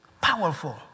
Powerful